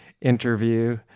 interview